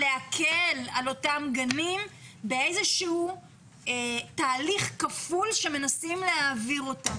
להקל על אותם גנים באיזשהו תהליך כפוי שמנסים להעביר אותם.